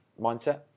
mindset